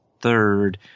third